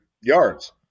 yards